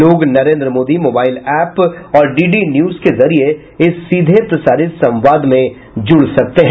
लोग Narendra Modi mobile app और D D news के जरिये इस सीधे प्रसारित संवाद में जुड़ सकते हैं